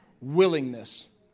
Willingness